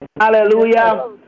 Hallelujah